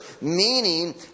meaning